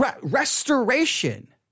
restoration